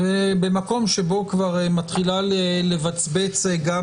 במקום שבו מתחילה לבצבץ גם